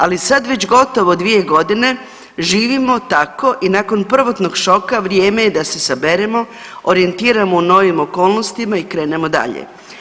Ali sad već gotovo 2.g. živimo tako i nakon prvotnog šoka vrijeme je da se saberemo i orijentiramo u novim okolnostima i krenemo dalje.